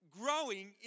growing